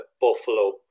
Buffalo